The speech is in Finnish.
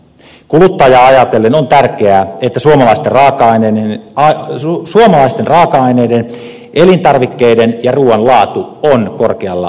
kuluttajaa ajatellen on tärkeää että suomalaisten raaka aineiden elintarvikkeiden ja ruuan laatu on korkealla tasolla